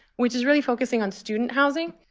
which is really focusing on student housing.